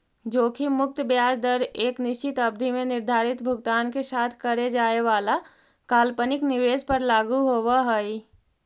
जोखिम मुक्त ब्याज दर एक निश्चित अवधि में निर्धारित भुगतान के साथ करे जाए वाला काल्पनिक निवेश पर लागू होवऽ हई